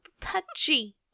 touchy